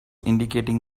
indicating